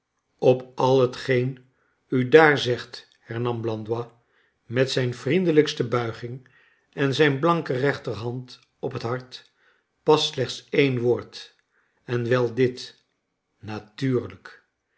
op al hetgeen u daar zegt hernam blandois met zijn vriendelijkste buiging en zijn blanke rechter hand op het hart past slechts een woord en wel dit natuurlijk